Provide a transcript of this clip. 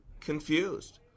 confused